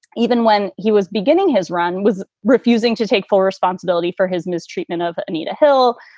even when he was beginning his run, was refusing to take full responsibility for his mistreatment of anita hill.